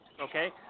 okay